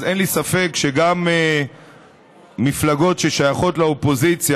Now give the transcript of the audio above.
אז אין לי ספק שגם מפלגות ששייכות לאופוזיציה,